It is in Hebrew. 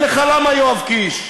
ואגיד לך למה, יואב קיש,